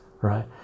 right